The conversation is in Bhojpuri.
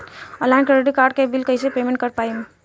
ऑनलाइन क्रेडिट कार्ड के बिल कइसे पेमेंट कर पाएम?